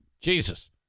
Jesus